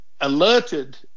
alerted